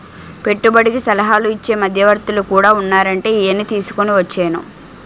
పెట్టుబడికి సలహాలు ఇచ్చే మధ్యవర్తులు కూడా ఉన్నారంటే ఈయన్ని తీసుకుని వచ్చేను